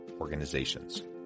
Organizations